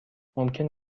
ممکن